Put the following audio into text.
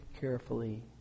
carefully